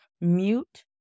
mute